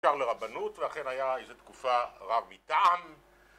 הוכשר לרבנות, ואכן היה איזו תקופה רב מטעם